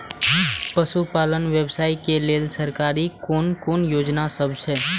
पशु पालन व्यवसाय के लेल सरकारी कुन कुन योजना सब छै?